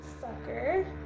sucker